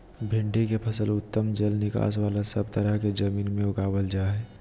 भिंडी के फसल उत्तम जल निकास बला सब तरह के जमीन में उगावल जा हई